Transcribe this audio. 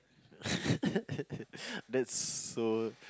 that's so